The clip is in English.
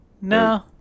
No